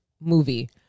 movie